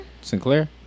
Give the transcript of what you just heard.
Sinclair